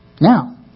now